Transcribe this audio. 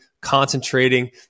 concentrating